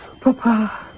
Papa